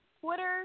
Twitter